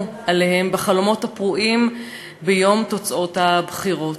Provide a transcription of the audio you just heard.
עליהם בחלומות הפרועים בהיוודע תוצאות הבחירות.